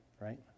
right